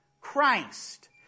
Christ